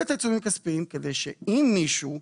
את העיצומים הכספיים כדי שאם מישהו,